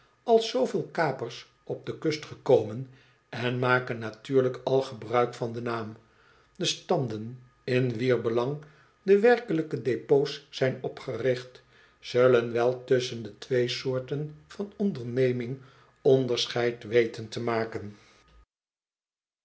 als zooveel kapers op de kust gekomen en maken natuurlijk al gebruik van den naam de standen in wier belang de werkelijke depots zijn opgericht zullen wel tusschen de twee soorten van onderneming onderscheid weten te maken